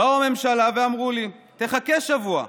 באו הממשלה ואמרו לי: תחכה שבוע,